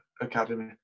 Academy